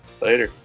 Later